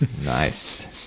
Nice